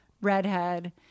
redhead